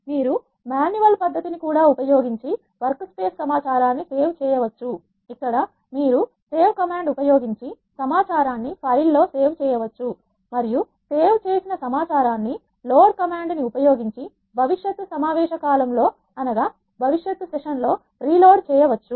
మీరు మాన్యువల్ పద్ధతి ని కూడా ఉపయోగించి వర్క్ స్పేస్ సమాచారాన్ని సేవ్ చేయవచ్చు ఇక్కడ మీరు సేవ్ కమాండ్ ఉపయోగించి సమాచారాన్ని ఫైలు లో సేవ్ చేయవచ్చు మరియు సేవ్ చేసిన సమాచారాన్ని లోడ్ కమాండ్ ని ఉపయోగించి భవిష్యత్తు సమావేశ కాలములో రీ లోడ్ చేయవచ్చు